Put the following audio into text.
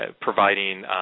providing